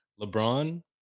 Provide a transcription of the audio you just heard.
LeBron